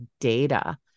data